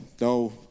No